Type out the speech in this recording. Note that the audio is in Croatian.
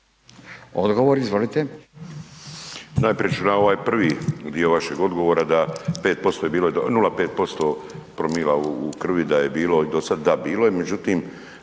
Odgovor, izvolite.